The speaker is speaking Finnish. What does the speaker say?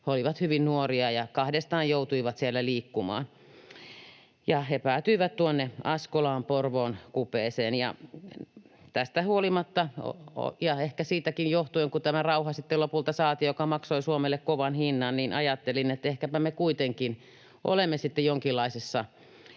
he olivat hyvin nuoria ja kahdestaan joutuivat siellä liikkumaan — ja he päätyivät tuonne Askolaan, Porvoon kupeeseen. Tästä huolimatta — ja ehkä siitäkin johtuen, kun sitten lopulta saatiin tämä rauha, joka maksoi Suomelle kovan hinnan — ajattelin, että ehkäpä me kuitenkin olemme sitten jonkinlaisessa